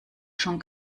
schon